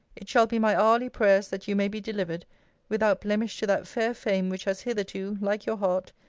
it shall be my hourly prayers that you may be delivered without blemish to that fair fame which has hitherto, like your heart,